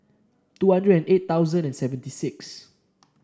two hundred and eight thousand and seventy six